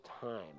time